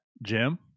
Jim